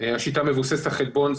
השיטה מבוססת על חלבון,